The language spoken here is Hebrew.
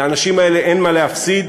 לאנשים האלה אין מה להפסיד.